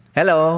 Hello